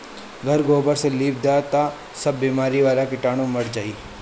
घर गोबर से लिप दअ तअ सब बेमारी वाला कीटाणु मर जाइ